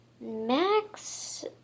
Max